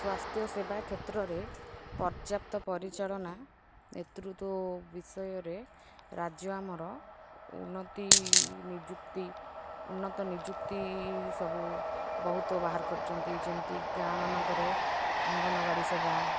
ସ୍ୱାସ୍ଥ୍ୟ ସେବା କ୍ଷେତ୍ରରେ ପର୍ଯ୍ୟାପ୍ତ ପରିଚାଳନା ନେତୃତ୍ୱ ବିଷୟରେ ରାଜ୍ୟ ଆମର ଉନ୍ନତି ନିଯୁକ୍ତି ଉନ୍ନତ ନିଯୁକ୍ତି ସବୁ ବହୁତ ବାହାର କରିଛନ୍ତି ଯେମିତି ଗାଁମାନଙ୍କରେ ଅଙ୍ଗନବାଡ଼ି ସେବା